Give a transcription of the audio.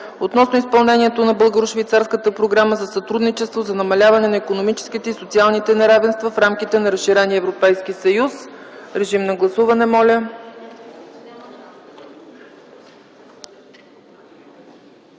относно изпълнението на Българо-швейцарската Програма за сътрудничество, за намаляване на икономическите и социалните неравенства в рамките на разширения Европейския съюз. Моля, гласувайте.